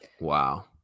Wow